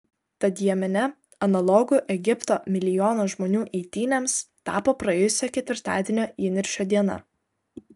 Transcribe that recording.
tad jemene analogu egipto milijono žmonių eitynėms tapo praėjusio ketvirtadienio įniršio diena